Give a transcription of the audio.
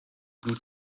blue